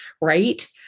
right